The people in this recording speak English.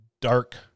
dark